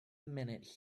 minute